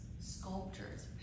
sculptures